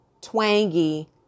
twangy